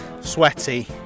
sweaty